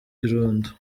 irondo